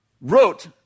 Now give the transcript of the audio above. wrote